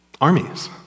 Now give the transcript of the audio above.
armies